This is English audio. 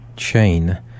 chain